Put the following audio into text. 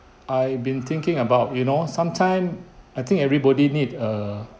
I've been thinking about you know sometime I think everybody need a